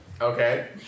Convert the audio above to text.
Okay